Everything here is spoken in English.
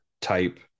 Type